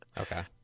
Okay